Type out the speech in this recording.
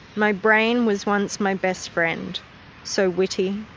my brain was once my best friend so witty,